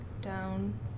down